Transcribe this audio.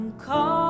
call